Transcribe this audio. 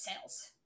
sales